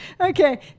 Okay